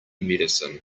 medicine